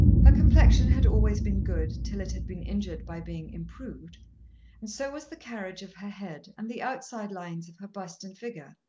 her complexion had always been good till it had been injured by being improved and so was the carriage of her head and the outside lines of her bust and figure,